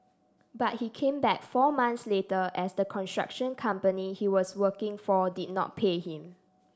but he came back four months later as the construction company he was working for did not pay him